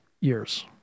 years